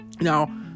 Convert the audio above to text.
Now